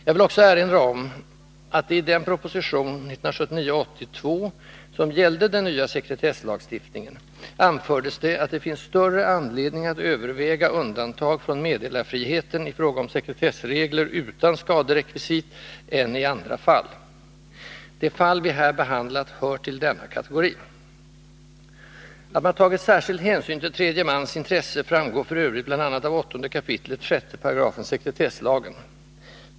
Jag vill också erinra om att det i den proposition, 1979/80:2, som gällde den nya sekretesslagstiftningen, anfördes att det finns större anledning att överväga undantag från meddelarfriheten i fråga om sekretessregler utan skaderekvisit än i andra fall. Det fall vi här behandlat hör till denna kategori. Att man tagit särskild hänsyn till tredje mans intresse framgår f. ö. bl.a. av 8 kap. 6§ sekretesslagen.